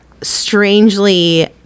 strangely